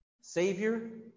Savior